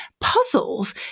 puzzles